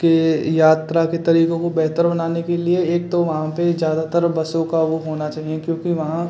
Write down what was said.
के यात्रा के तरीक़ों को बेहतर बनाने के लिए एक तो वहाँ पर ज़्यादातर बसों का वह होना चाहिए क्योंकि वहाँ